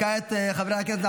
חברי הכנסת,